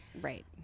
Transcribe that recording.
Right